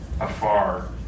afar